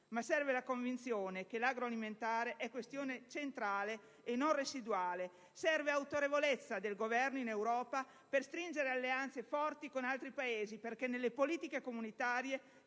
però la convinzione che l'agroalimentare è questione centrale e non residuale. Serve autorevolezza del Governo in Europa per stringere alleanze forti con altri Paesi, perché nelle politiche comunitarie